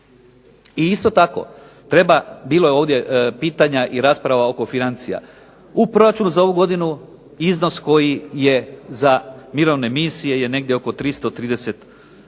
I isto tako treba, bilo je ovdje pitanja i rasprava oko financija. U proračunu za ovu godinu iznos koji je za mirovne misije je negdje oko 334 milijuna